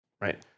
right